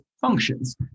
functions